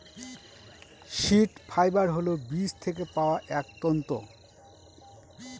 seed fibre হল বীজ থেকে পাওয়া এক তন্তু